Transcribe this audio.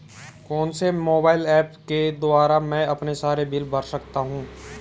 कौनसे mobile apps के द्वारा मैं अपने सारे बिल भर सकता हूं?